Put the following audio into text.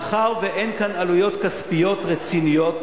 מאחר שאין כאן עלויות כספיות רציניות,